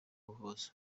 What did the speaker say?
buvuzi